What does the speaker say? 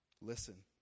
Listen